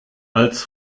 als